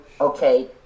okay